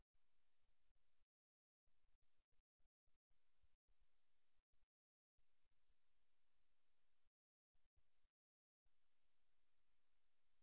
எடுத்துக்காட்டாக நபர் வேறு எதையாவது நினைத்துக்கொண்டிருக்கலாம் சிக்கலை கைவிட அல்லது தொடர விரும்பலாம் அல்லது பேச்சாளர் போதுமான நம்பிக்கை இல்லை என்று நபர் நினைக்கிறார்